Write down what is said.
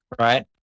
right